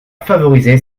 favoriser